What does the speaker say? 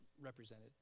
represented